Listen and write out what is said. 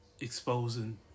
exposing